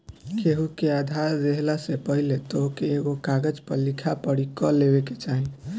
केहू के उधार देहला से पहिले तोहके एगो कागज पअ लिखा पढ़ी कअ लेवे के चाही